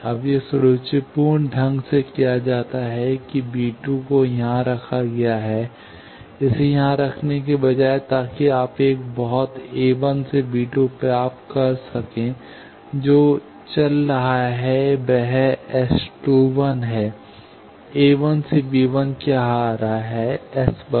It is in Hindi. अब यह सुरुचिपूर्ण ढंग से किया जाता है कि b2 को यहां रखा गया है इसे यहां रखने के बजाय ताकि आप एक बहुत a1 से b2 प्राप्त कर सकें जो चल रहा है वह S 21 है a1 से b1 क्या आ रहा है S 11